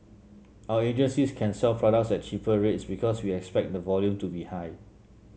our agencies can sell products at cheaper rates because we expect the volume to be high